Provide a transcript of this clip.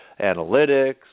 analytics